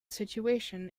situation